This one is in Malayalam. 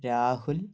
രാഹുൽ